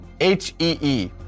H-E-E